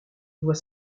doit